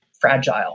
fragile